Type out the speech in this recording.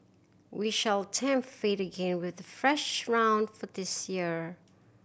we shall tempt fate again with a fresh round for this year